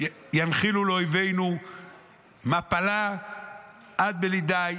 ינחילו לאויבינו מפלה עד בלי די.